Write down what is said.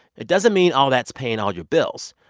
that doesn't mean all that's paying all your bills.